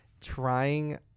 trying